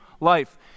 life